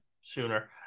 sooner